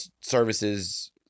services